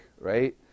right